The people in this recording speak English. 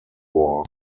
war